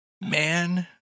Man